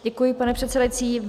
Děkuji, pane předsedající.